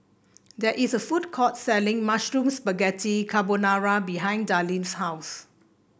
there is a food court selling Mushroom Spaghetti Carbonara behind Darline's house